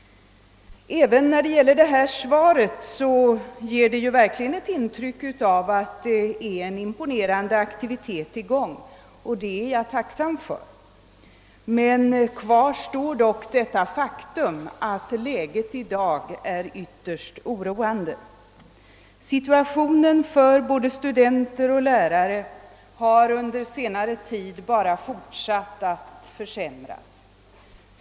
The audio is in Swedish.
Även detta interpellationssvar ger intryck av att imponerande aktiviteter är i gång, och det är jag tacksam för. Kvar står dock det faktum att läget i dag är ytterst oroande, och jag vet inte hur mycket man vågar förlita sig på att de utlovade aktiviteterna i tid förverkligas. Situationen för både studenter och lärare har bara fortsatt att försämras.